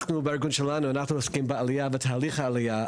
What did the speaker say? בארגון שלנו אנחנו עוסקים בתהליך העלייה,